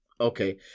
Okay